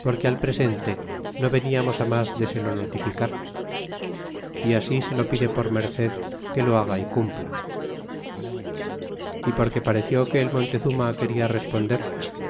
porque al presente no vefiamos á mas de se lo notificar e así se lo pide por merced que lo haga y cumpla e porque pareció que el montezuma quena responder